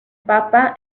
papa